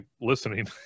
listening